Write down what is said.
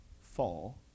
fall